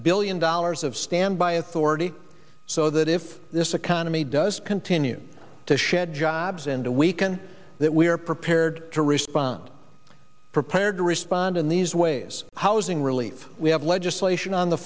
billion dollars of standby authority so that if this economy does continue to shed jobs and to weaken that we are prepared to respond prepared to respond in these ways housing relief we have legislation on the